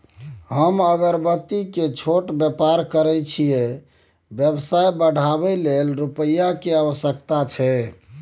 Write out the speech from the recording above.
हम अगरबत्ती के छोट व्यापार करै छियै व्यवसाय बढाबै लै रुपिया के आवश्यकता छै?